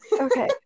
okay